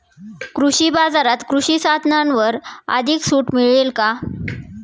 कृषी बाजारात कृषी साधनांवर अधिक सूट मिळेल का?